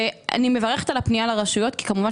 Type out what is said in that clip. אני מברכת על הפנייה לרשויות כי כמובן